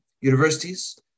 universities